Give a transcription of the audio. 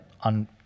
on